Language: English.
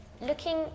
looking